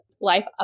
Life